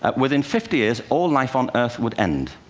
ah within fifty years, all life on earth would end.